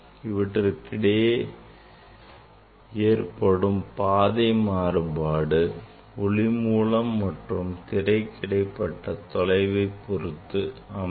இவற்றுக்கிடையே ஏற்படும் பாதை மாறுபாடு ஒளி மூலம் மற்றும் திரைக்கு இடைப்பட்ட தொலைவை பொருத்து அமையும்